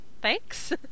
thanks